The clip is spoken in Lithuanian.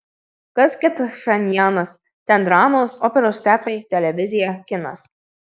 kas kita pchenjanas ten dramos operos teatrai televizija kinas